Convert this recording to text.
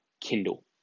Kindle